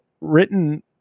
written